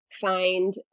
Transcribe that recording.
find